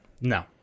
No